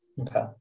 Okay